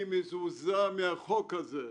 אני מזועזע מהחוק הזה.